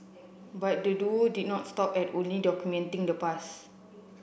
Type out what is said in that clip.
but the duo did not stop at only documenting the past